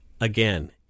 again